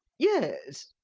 yes,